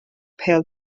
pêl